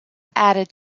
added